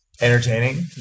entertaining